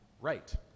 right